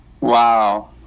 Wow